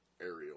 aerial